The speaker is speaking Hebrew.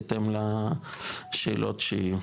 בהתאם לשאלות שיהיו.